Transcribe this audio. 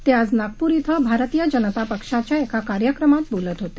ते आज नागपूर क्रिं भारतीय जनता पक्षाच्या एका कार्यक्रमात बोलत होते